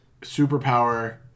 Superpower